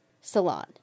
salon